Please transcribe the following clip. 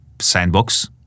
Sandbox